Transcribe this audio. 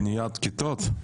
בניית כיתות?